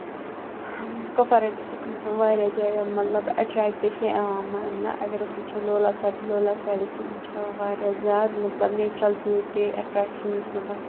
Kupwara districts واریاہ جایہِ یِم ایٹریکٹ چھِ یِوان ماننہٕ اَگر أسۍ وٕچھو لولاب سایڈٕ لولاب سایڈٕ چھُ واریاہ زیادٕ مطلب نیچوٗرل بیوٹی ایٹریکشن یُس مطلب